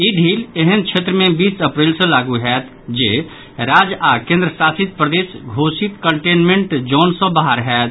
ई ढिल एहेन क्षेत्र मे बीस अप्रैल सॅ लागू होयत जे राज्य आओर केन्द्र शासित प्रदेश घोषित कंटेन्मेन्ट जोन सॅ बाहर होयत